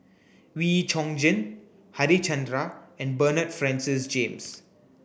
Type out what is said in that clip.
Wee Chong Jin Harichandra and Bernard Francis James